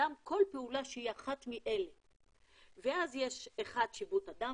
מגנים על חרותו,